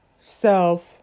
self